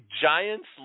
Giants